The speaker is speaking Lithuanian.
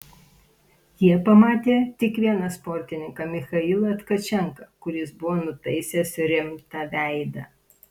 jie pamatė tik vieną sportininką michailą tkačenką kuris buvo nutaisęs rimtą veidą